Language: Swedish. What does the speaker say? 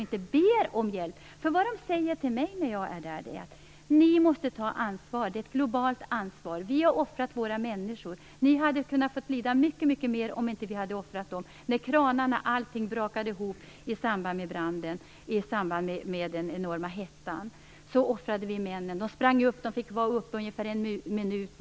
När jag är där säger de till mig: Ni måste ta ansvar. Det är ett globalt ansvar. Vi har offrat våra människor. Ni hade kunnat få lida mycket mer om inte vi hade offrat dem när allting brakade ihop i samband med branden och den enorma hettan. Då offrade vi männen. De fick vara uppe ungefär en minut.